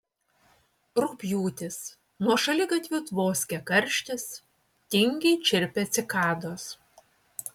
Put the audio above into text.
rugpjūtis nuo šaligatvių tvoskia karštis tingiai čirpia cikados